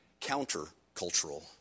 counter-cultural